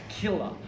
killer